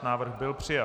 Návrh byl přijat.